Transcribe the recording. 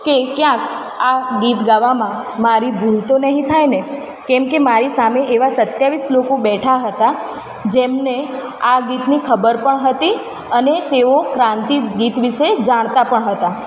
કે ક્યાંક આ ગીત ગાવામાં મારી ભૂલ તો નહિ થાય ને કેમ કે મારી સામે એવા સત્યાવીસ લોકો બેઠાંં હતાં જેમને આ ગીતની ખબર પણ હતી અને તેઓ ક્રાંતિ ગીત વિષે જાણતા પણ હતાં